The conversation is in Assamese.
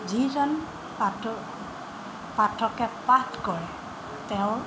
যিজন পাঠ পাঠকে পাঠ কৰে তেওঁৰ